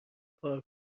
پارک